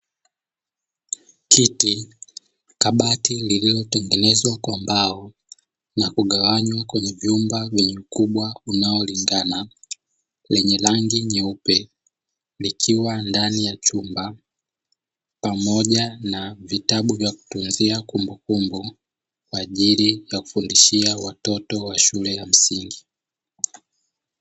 Kiti na kabati lililotengenezwa kwa mbao, na kugawanywa kwenye vyumba vyenye ukubwa unaolingana. Lenye rangi nyeupe likiwa ndani ya chumba pamoja na vitabu vya kutunza kumbukumbu kwa ajili ya kufundishia watoto wa shule ya msingi.